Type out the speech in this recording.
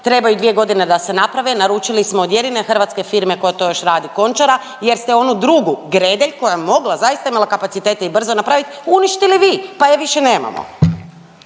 trebaju dvije godine da se naprave, naručili smo od jedine hrvatske firme koja to još radi Končara, jer ste onu drugu Gredelj koja je mogla zaista imala kapacitet i brzo napravit, uništili vi pa je više nemamo.